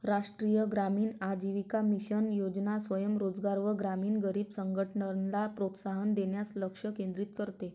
राष्ट्रीय ग्रामीण आजीविका मिशन योजना स्वयं रोजगार व ग्रामीण गरीब संघटनला प्रोत्साहन देण्यास लक्ष केंद्रित करते